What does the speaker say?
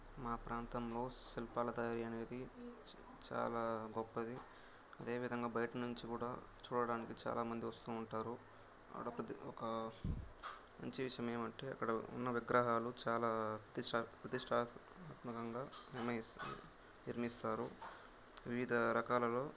మా ప్రాంతంలో శిల్పాల తయారీ అనేది చాలా గొప్పది అదేవిధంగా బయట నుంచి కూడా చూడడానికి చాలా మంది వస్తూ ఉంటారు అక్కడ ఒక మంచి విషయం ఏమంటే అక్కడ ఉన్న విగ్రహాలు చాలా ప్రతిష్టా ప్రతిష్టాత్మకంగా నిర్ణయిస్తారు నిర్మిస్తారు వివిధ రకాలలో